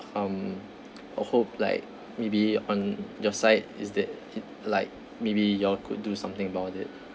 um I hope like maybe on your side is that it like maybe you all could do something about it